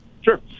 Sure